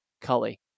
Cully